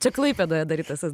čia klaipėdoje darytas tas